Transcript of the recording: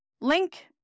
link